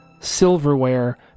silverware